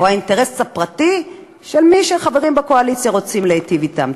או האינטרס הפרטי של מי שחברים בקואליציה רוצים להיטיב אתם?